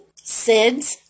SIDS